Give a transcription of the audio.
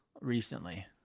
recently